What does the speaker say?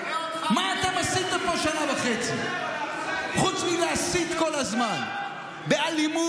מה אתה עשיתם פה שנה וחצי חוץ מלהסית כל הזמן באלימות,